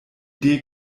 idee